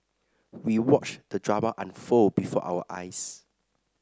we watched the drama unfold before our eyes